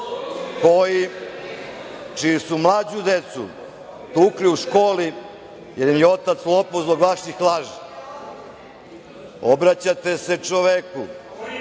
čoveku čiju su mlađu decu tukli u školi, jer im je otac lopov, a zbog vaših laži. Obraćate se čoveku